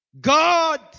God